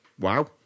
Wow